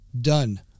done